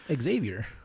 Xavier